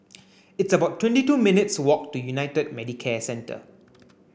it's about twenty two minutes' walk to United Medicare Centre